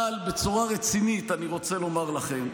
אבל בצורה רצינית אני רוצה לומר לכם,